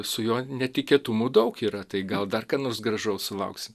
su juo netikėtumų daug yra tai gal dar ką nors gražaus sulauksim